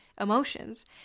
emotions